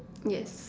yes